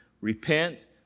Repent